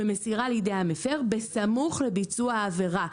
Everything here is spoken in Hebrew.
במסירה לידי המפר, בסמוך לביצוע העבירה.